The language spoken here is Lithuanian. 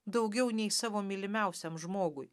daugiau nei savo mylimiausiam žmogui